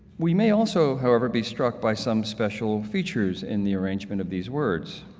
we may also however be struck by some special features in the arrangement of these words.